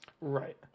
right